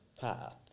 path